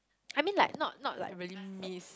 I mean like not not like really miss